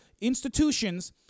institutions